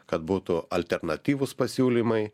kad būtų alternatyvūs pasiūlymai